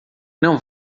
não